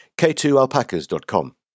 k2alpacas.com